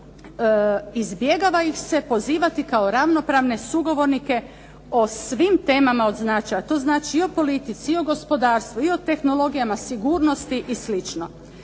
izbjegavaju se pozivati kao ravnopravne sugovornike o svim temama od značaja. To znači i o politici i o gospodarstvu i o tehnologijama, sigurnosti i